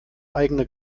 eigene